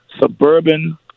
suburban